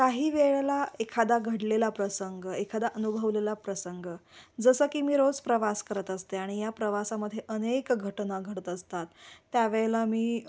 काही वेळेला एखादा घडलेला प्रसंग एखादा अनुभवलेला प्रसंग जसं की मी रोज प्रवास करत असते आणि या प्रवासामध्ये अनेक घटना घडत असतात त्यावेळेला मी